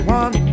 one